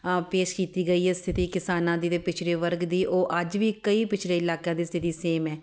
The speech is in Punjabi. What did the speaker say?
ਪੇਸ਼ ਕੀਤੀ ਗਈ ਹੈ ਸਥਿਤੀ ਕਿਸਾਨਾਂ ਦੀ ਅਤੇ ਪਿਛੜੇ ਵਰਗ ਦੀ ਉਹ ਅੱਜ ਵੀ ਕਈ ਪਿਛੜੇ ਇਲਾਕਿਆਂ ਦੀ ਸਥਿਤੀ ਸੇਮ ਹੈ